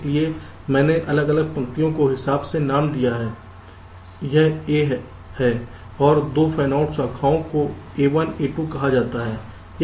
इसलिए मैंने अलग अलग पंक्तियों को हिसाब से नाम दिया है यह A है और 2 फैनआउट शाखाओं को A1 A2 कहा जाता है